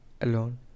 alone